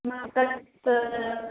म्हाका त